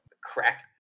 Crack